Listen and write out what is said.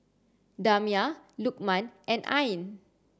Damia Lukman and Ain